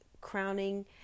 crowning